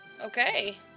Okay